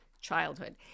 childhood